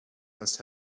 must